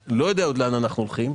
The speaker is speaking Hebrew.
אנו עוד לא יודעים לאן אנו הולכים.